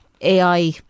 AI